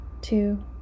two